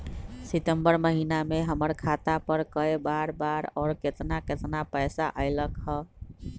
सितम्बर महीना में हमर खाता पर कय बार बार और केतना केतना पैसा अयलक ह?